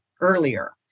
earlier